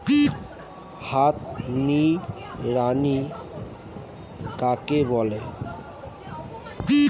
হাত নিড়ানি কাকে বলে?